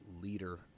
leader